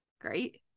great